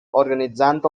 organitzant